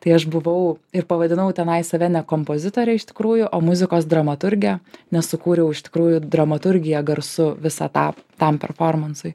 tai aš buvau ir pavadinau tenai save ne kompozitore iš tikrųjų o muzikos dramaturge nes sukūriau iš tikrųjų dramaturgiją garsu visą tą tam performansai